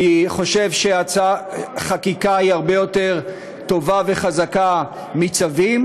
אני חושב שחקיקה היא הרבה יותר טובה וחזקה מצווים,